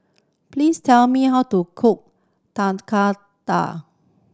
please tell me how to cook